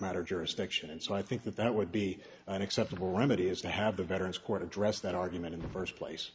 matter jurisdiction and so i think that that would be an acceptable remedy is to have the veterans court addressed that argument in the first place